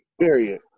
Period